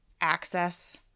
access